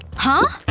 huh?